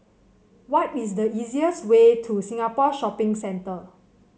what is the easiest way to Singapore Shopping Centre